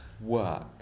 work